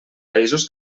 països